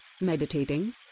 meditating